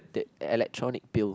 that electronic bill